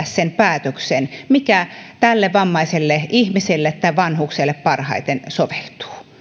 sen päätöksen mikä tälle vammaiselle ihmiselle tai vanhukselle parhaiten soveltuu